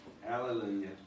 Hallelujah